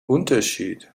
unterschied